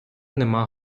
нема